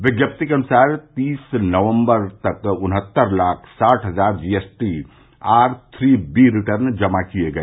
विज्ञप्ति के अनुसार तीस नवंबर तक उनहत्तर लाख साठ हजार GST R three B return जमा किए गए